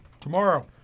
Tomorrow